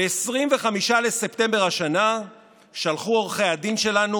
ב-25 בספטמבר השנה שלחו עורכי הדין שלנו,